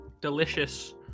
delicious